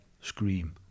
scream